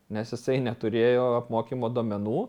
nes jisai neturėjo apmokymo duomenų